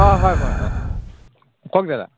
অঁ হয় মই অঁ কওক দাদা